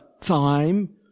time